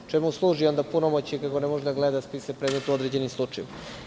Čemu služi onda punomoćnik, ako ne može da gleda spise predmeta u određenim slučajevima?